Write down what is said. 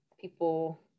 people